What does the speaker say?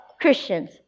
Christians